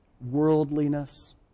worldliness